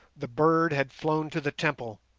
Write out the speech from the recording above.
the bird had flown to the temple,